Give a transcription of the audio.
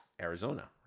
Arizona